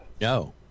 No